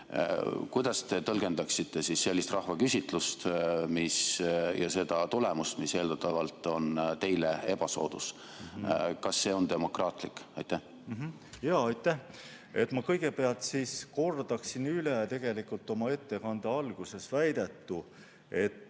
Kuidas te tõlgendaksite sellist rahvaküsitlust ja seda tulemust, mis eeldatavalt on teile ebasoodus? Kas see on demokraatlik? Aitäh! Ma kõigepealt kordan üle oma ettekande alguses väidetu, et